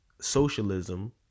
socialism